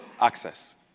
access